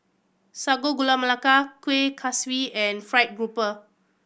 Sago Gula Melaka Kuih Kaswi and fried grouper